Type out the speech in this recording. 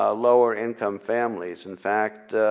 ah lower income families. in fact,